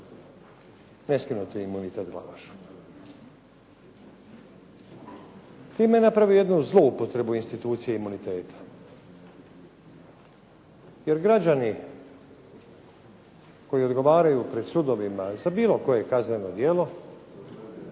ne skinuti imunitet Glavašu. Time je napravio jednu zloupotrebu institucije imuniteta. Jer građani koji odgovaraju pred sudovima za bilo koje kazneno djelo